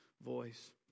voice